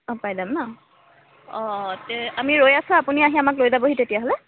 অঁ পাই যাম ন' অঁ অঁ তে আমি ৰৈ আছোঁ আপুনি আহি আমাক লৈ যাবহি তেতিয়াহ'লে